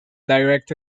direct